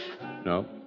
No